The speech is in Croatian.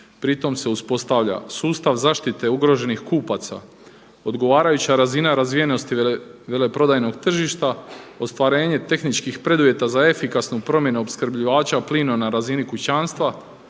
Pritom se uspostavlja sustav zaštite ugroženih kupaca, odgovarajuća razina razvijenosti veleprodajnog tržišta, ostvarenje tehničkih preduvjeta za efikasnu promjenu opskrbljivača plina na razini kućanstva,